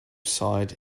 site